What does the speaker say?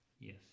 Yes